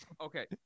okay